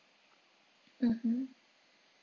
mmhmm